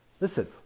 Listen